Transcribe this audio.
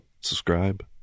subscribe